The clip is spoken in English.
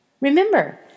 Remember